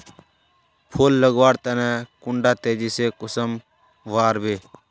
फुल लगवार तने कुंडा तेजी से कुंसम बार वे?